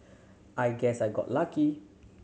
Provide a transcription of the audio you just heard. I guess I got lucky